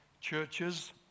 churches